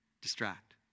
distract